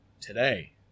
Today